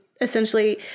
Essentially